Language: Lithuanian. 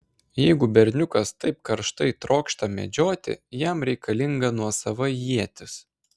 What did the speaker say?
jeigu berniukas taip karštai trokšta medžioti jam reikalinga nuosava ietis